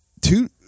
two